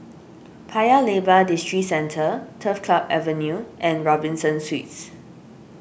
Paya Lebar Districentre Turf Club Avenue and Robinson Suites